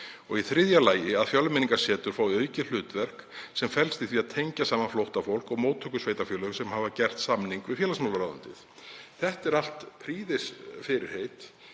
Og í þriðja lagi að Fjölmenningarsetur fái aukið hlutverk sem felst í því að tengja saman flóttafólk og móttökusveitarfélög sem hafa gert samning við félagsmálaráðuneytið. Þetta eru allt prýðisfyrirheit